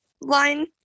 line